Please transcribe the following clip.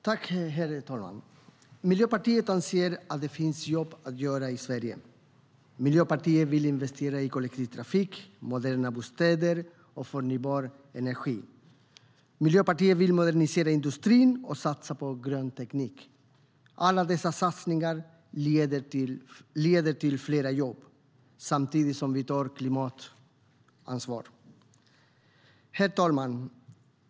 Herr talman! Miljöpartiet anser att det finns jobb att göra i Sverige. Miljöpartiet vill investera i kollektivtrafik, moderna bostäder och förnybar energi. Miljöpartiet vill modernisera industrin och satsa på grön teknik. Alla dessa satsningar leder till fler jobb, samtidigt som vi tar ett klimatansvar. Herr talman!